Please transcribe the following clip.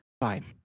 Fine